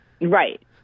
Right